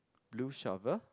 blue shovel